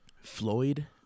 floyd